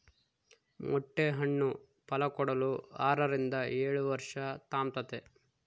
ಮೊಟ್ಟೆ ಹಣ್ಣು ಫಲಕೊಡಲು ಆರರಿಂದ ಏಳುವರ್ಷ ತಾಂಬ್ತತೆ